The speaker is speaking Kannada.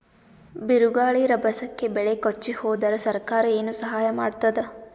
ಬಿರುಗಾಳಿ ರಭಸಕ್ಕೆ ಬೆಳೆ ಕೊಚ್ಚಿಹೋದರ ಸರಕಾರ ಏನು ಸಹಾಯ ಮಾಡತ್ತದ?